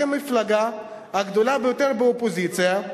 אתם המפלגה הגדולה ביותר באופוזיציה,